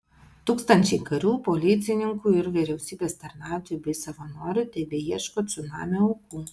tūkstančiai karių policininkų ir vyriausybės tarnautojų bei savanorių tebeieško cunamio aukų